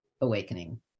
awakening